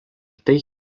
tai